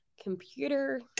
computer